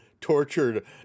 tortured